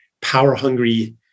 power-hungry